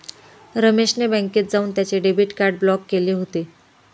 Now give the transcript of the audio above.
रमेश ने बँकेत जाऊन त्याचे डेबिट कार्ड ब्लॉक केले होते